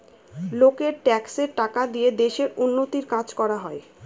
লোকের ট্যাক্সের টাকা দিয়ে দেশের উন্নতির কাজ করা হয়